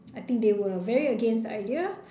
I think they were very against the idea